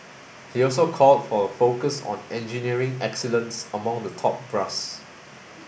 he also called for a focus on engineering excellence among the top brass